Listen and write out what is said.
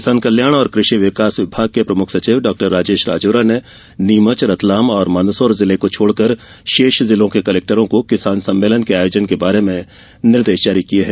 किसान कल्याण और कृषि विकास विभाग के प्रमुख सचिव डाक्टर राजेश राजोरा ने नीमच रतलाम और मन्दसौर जिले को छोड़कर शेष जिलों के कलेक्टरों को किसान सम्मेलन के आयोजन के बारे में निर्देश जारी किये हैं